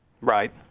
Right